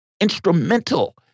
instrumental